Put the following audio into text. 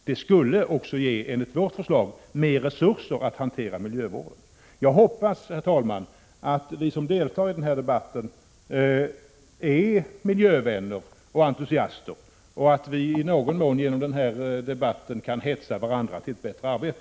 Det skulle, enligt vårt förslag, ge mer resurser för att hantera miljövården. Jag hoppas, herr talman, att vi som deltar i denna debatt är miljövänner och entusiaster och att vi i någon mån genom denna debatt kan hetsa varandra till ett bättre arbete.